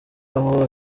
aho